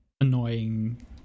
Annoying